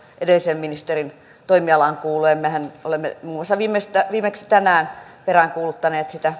edellisen ministerin toimialaan kuului mehän olemme muun muassa viimeksi tänään peräänkuuluttaneet sitä